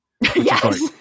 yes